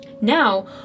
Now